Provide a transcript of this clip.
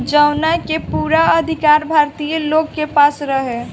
जवना के पूरा अधिकार भारतीय लोग के पास रहे